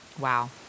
Wow